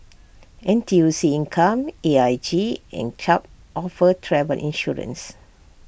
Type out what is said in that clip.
N T U C income A I G and Chubb offer travel insurance